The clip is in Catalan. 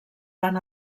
van